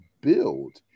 build